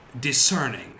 discerning